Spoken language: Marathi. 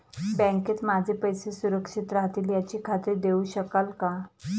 बँकेत माझे पैसे सुरक्षित राहतील याची खात्री देऊ शकाल का?